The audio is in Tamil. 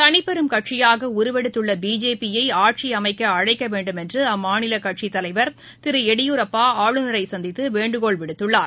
தளிப்பெரும் கட்சியாக உருவெடுத்துள்ள பிஜேபியை ஆட்சி அமைக்க அழைக்க வேண்டும் என்று அம்மாநில கட்சித் தலைவர் திரு எடியூரப்பா ஆளுநரை சந்தித்து வேண்டுகோள் விடுத்துள்ளார்